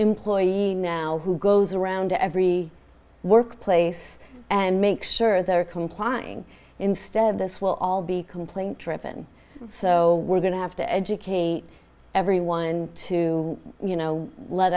employee now who goes around to every workplace and make sure they're complying instead this will all be complaint driven so we're going to have to educate everyone to you know let